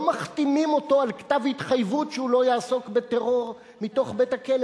לא מחתימים אותו על כתב התחייבות שהוא לא יעסוק בטרור מתוך בית-הכלא,